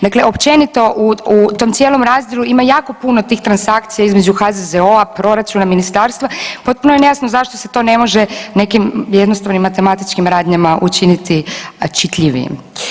Dakle općenito u tom cijelom razdjelu ima jako puno tih transakcija između HZZO-a, proračuna, ministarstva, potpuno je nejasno zašto se to ne može nekim jednostavnim matematičkim radnjama učiniti čitljivijim.